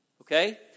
Okay